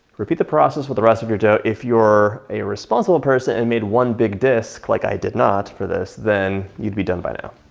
repeat the process with the rest of your dough. if you're a responsible person and made one big disc like i did not for this then you'd be done by now.